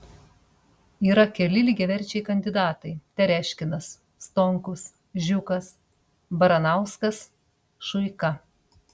yra keli lygiaverčiai kandidatai tereškinas stonkus žiukas baranauskas šuika